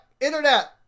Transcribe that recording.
internet